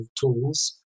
tools